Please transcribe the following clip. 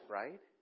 right